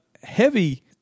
heavy